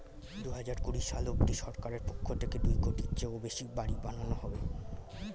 দুহাজার কুড়ি সাল অবধি সরকারের পক্ষ থেকে দুই কোটির চেয়েও বেশি বাড়ি বানানো হবে